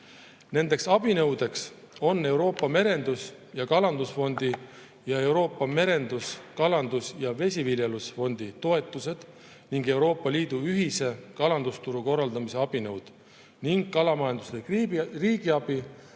Need abinõud on Euroopa Merendus‑ ja Kalandusfondi ning Euroopa Merendus‑, Kalandus‑ ja Vesiviljelusfondi toetused, Euroopa Liidu ühise kalandusturu korraldamise abinõud ning kalamajanduslik riigiabi,